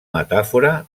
metàfora